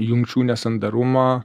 jungčių nesandarumą